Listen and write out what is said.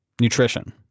nutrition